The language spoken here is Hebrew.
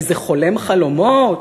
איזה חולם חלומות?